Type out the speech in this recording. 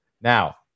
Now